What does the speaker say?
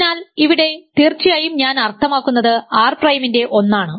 അതിനാൽ ഇവിടെ തീർച്ചയായും ഞാൻ അർത്ഥമാക്കുന്നത് R പ്രൈമിൻറെ ഒന്നാണ്